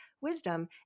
wisdom